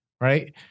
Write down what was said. right